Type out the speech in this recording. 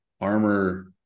armor